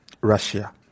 Russia